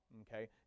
okay